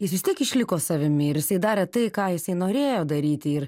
jis vis tiek išliko savimi ir jisai darė tai ką jisai norėjo daryti ir